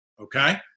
okay